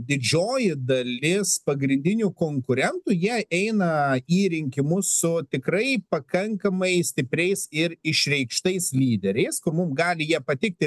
didžioji dalis pagrindinių konkurentų jie eina į rinkimus su tikrai pakankamai stipriais ir išreikštais lyderiais kur mum gali jie patikti ir